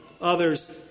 others